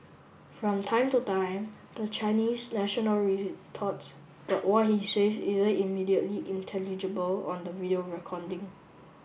from time to time the Chinese national but what he says isn't immediately intelligible on the video